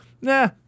nah